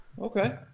Okay